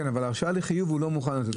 אבל הרשאה לחיוב לא מוכנים לתת.